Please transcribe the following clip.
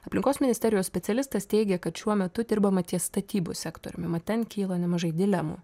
aplinkos ministerijos specialistas teigia kad šiuo metu dirbama ties statybų sektoriumi mat ten kyla nemažai dilemų